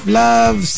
love